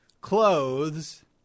clothes